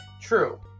True